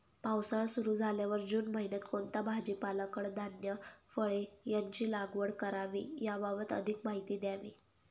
पावसाळा सुरु झाल्यावर जून महिन्यात कोणता भाजीपाला, कडधान्य, फळे यांची लागवड करावी याबाबत अधिक माहिती द्यावी?